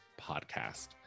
podcast